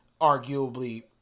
arguably